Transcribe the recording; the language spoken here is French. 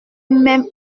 même